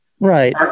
Right